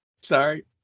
Sorry